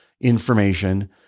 information